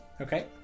okay